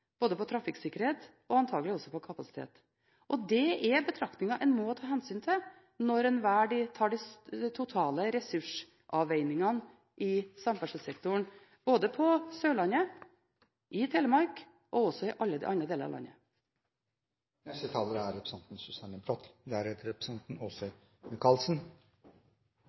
både i trafikksikkerhet og antakelig også i kapasitet. Det er betraktninger en må ta hensyn til når en foretar de totale ressursavveiningene i samferdselssektoren, både på Sørlandet, i Telemark og i alle andre deler av